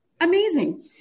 Amazing